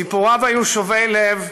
סיפוריו היו שובי לב,